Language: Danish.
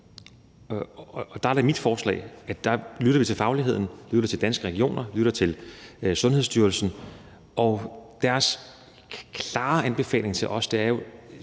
der er det mit forslag, at vi lytter til fagligheden, lytter til Danske Regioner, lytter til Sundhedsstyrelsen. Og deres klare anbefaling til os er jo,